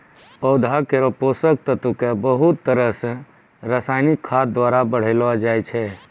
पौधा केरो पोषक तत्व क बहुत तरह सें रासायनिक खाद द्वारा बढ़ैलो जाय छै